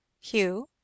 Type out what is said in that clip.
Hugh